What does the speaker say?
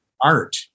Art